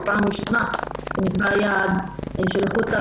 לראשונה נקבע יעד של איכות תעסוקה.